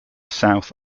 south